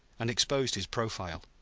and exposed his profile.